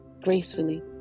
gracefully